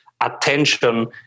attention